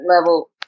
level